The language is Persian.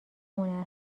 هنر